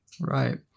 right